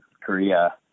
Korea